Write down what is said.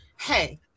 hey